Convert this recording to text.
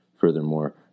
Furthermore